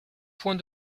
point